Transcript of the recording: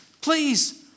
please